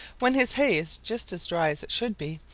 when his hay is just as dry as it should be,